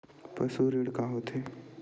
पशु ऋण का होथे?